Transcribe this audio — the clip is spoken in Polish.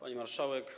Pani Marszałek!